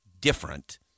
different